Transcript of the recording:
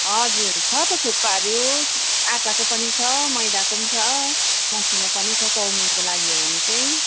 हजुर छ त थुक्पाहरू आँटाको पनि छ मैदाको पनि छ मसिनो पनि छ चाउमिनको लागि हो भने चाहिँ